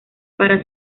para